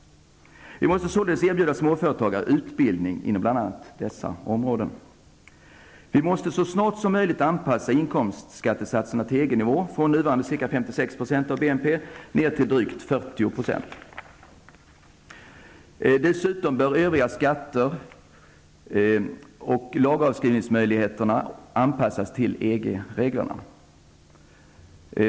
Vi måste således erbjuda småföretagare utbildning inom bl.a. dessa områden. Vi måste så snart som möjligt anpassa inkomstskattesatserna till EG-nivå, från nuvarande ca 56 % av bruttonationalprodukten ner till drygt 40 %. Dessutom bör övriga skatter och lageravskrivningsmöjligheter anpassas till EG reglerna.